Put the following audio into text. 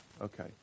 Okay